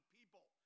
people